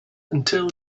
until